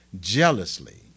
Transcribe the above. jealously